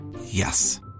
Yes